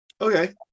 Okay